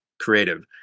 creative